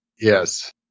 Yes